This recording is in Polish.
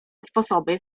sposoby